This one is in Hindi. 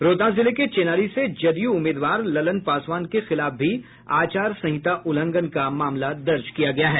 रोहतास जिले के चेनारी से जदयू उम्मीदवार ललन पासवान के खिलाफ भी आचार संहिता उल्लंघन का मामला दर्ज किया गया है